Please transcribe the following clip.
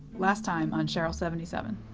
last time on cheryl seventy seven